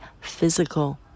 physical